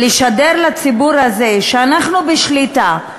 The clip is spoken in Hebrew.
לשדר לציבור הזה שאנחנו בשליטה,